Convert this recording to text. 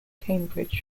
cambridge